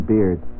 Beard